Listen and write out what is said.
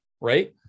right